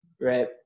right